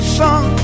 song